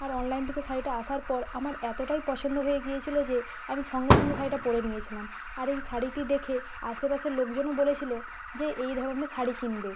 আর online থেকে শাড়িটা আসার পর আমার এতোটাই পছন্দ হয়ে গিয়েছিল যে আমি সঙ্গে সঙ্গে শাড়িটা পরে নিয়েছিলাম আর এই শাড়িটি দেখে আশেপাশের লোকজনও বলেছিল যে এই ধরনের শাড়ি কিনবে